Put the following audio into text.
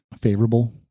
favorable